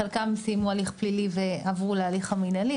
חלקם סיימו הליך פלילי ועברו להליך המנהלי,